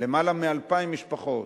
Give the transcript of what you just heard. למעלה מ-2,000 משפחות,